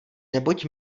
neboť